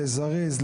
לזרז,